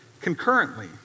concurrently